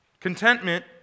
Contentment